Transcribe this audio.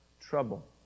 Trouble